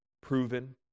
proven